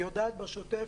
היא יודעת בשוטף